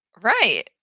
Right